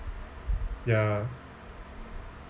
ya